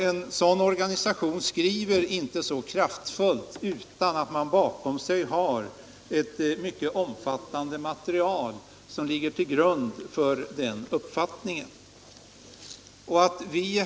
En sådan organisation uttalar sig inte kategoriskt utan att ha ett mycket omfattande material som grund för sin uppfattning.